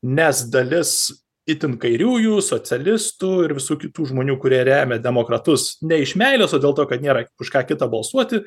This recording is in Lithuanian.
nes dalis itin kairiųjų socialistų ir visų kitų žmonių kurie remia demokratus ne iš meilės o dėl to kad nėra už ką kitą balsuoti